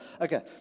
Okay